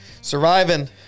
Surviving